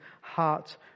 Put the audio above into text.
heart